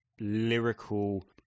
lyrical